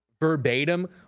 verbatim